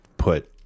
put